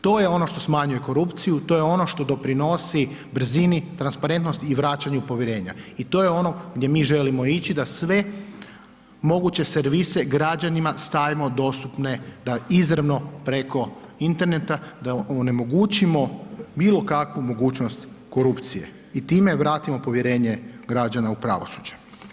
To je ono što smanjuje korupciju, to je ono što doprinosi brzini, transparentnost i vraćanju povjerenja i to je ono gdje mi želimo ići da sve moguće servise građanima stavimo dostupne da izravno preko interneta da onemogućimo bilo kakvu mogućnost korupcije i time vratimo povjerenje građana u pravosuđe.